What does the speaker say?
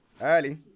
Early